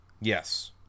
Yes